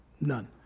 none